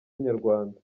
inyarwanda